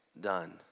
done